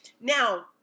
Now